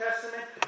Testament